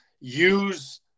use